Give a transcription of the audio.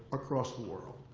across the world.